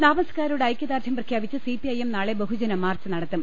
താമസക്കാരോട് ഐക്യദാർഢ്യം പ്രഖ്യാപിച്ച് ്സിപിഐഎം നാളെ ബഹുജന മാർച്ച് നടത്തും